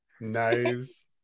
Nice